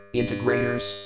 integrators